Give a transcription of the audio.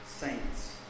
saints